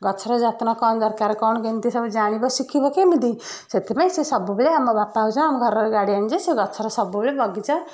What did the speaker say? ଗଛର ଯତ୍ନ କ'ଣ ଦରକାର କ'ଣ କେମିତି ସବୁ ଜାଣିବ ଶିଖିବ କେମିତି ସେଥିପାଇଁ ସେ ସବୁବେଳେ ଆମ ବାପା ହଉଛନ୍ତି ଆମ ଘରର ଗାଡ଼ିୟନ ଯେ ସେ ଗଛର ସବୁବେଳେ ବଗିଚା